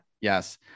Yes